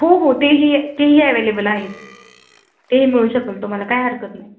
हो हो ते ही ते ही ॲवेलेबल आहेत ते ही मिळू शकेल तुम्हाला काय हरकत नाही